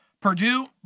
Purdue